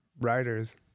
writers